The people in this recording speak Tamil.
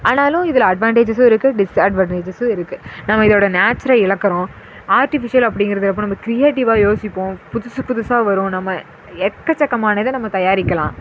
ஆனாலும் இதில் அட்வான்டேஜ்ஜஸ்ஸும் இருக்குது டிஸ்அட்வான்டேஜ்ஜஸ்ஸும் இருக்குது நம்ம இதோட நேச்சரை இழக்குறோம் ஆர்ட்டிஃபிஷியல் அப்படிங்கிறது அப்போ நம்ம கிரியேட்டிவ்வாக யோசிப்போம் புதுசு புதுசாக வரும் நம்ம எக்கச்செக்கமான இதை நம்ம தயாரிக்கலாம்